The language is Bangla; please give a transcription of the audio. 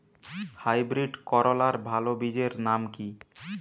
হাইব্রিড করলার ভালো বীজের নাম কি?